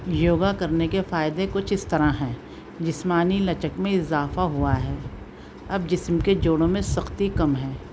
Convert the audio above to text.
یوگا کرنے کے فائدے کچھ اس طرح ہیں جسمانی لچک میں اضافہ ہوا ہے اب جسم کے جوڑوں میں سختی کم ہیں